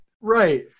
right